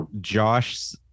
josh